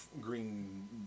green